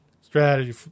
strategy